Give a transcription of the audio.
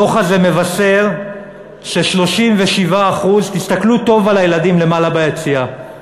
הדוח הזה מבשר ש-37% תסתכלו טוב על הילדים למעלה ביציע,